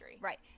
Right